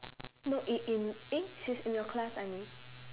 no in in eh she's in your class I mean